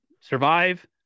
survive